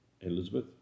Elizabeth